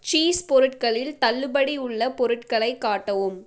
cheese பொருட்களில் தள்ளுபடி உள்ள பொருட்களைக் காட்டவும்